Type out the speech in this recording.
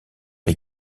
les